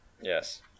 Yes